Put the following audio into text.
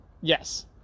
Yes